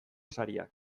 sariak